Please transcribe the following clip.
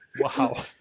Wow